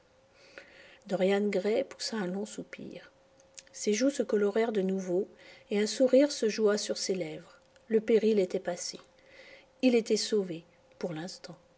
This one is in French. dorian gray poussa un long soupir ses joues se colorèrent de nouveau et un sourire se joua sur ses lèvres le péril était passé il était sauvé pour l'instant